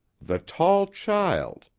the tall child!